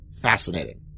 fascinating